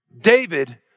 David